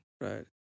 Right